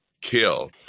kill